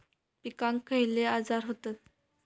पिकांक खयले आजार व्हतत?